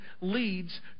leads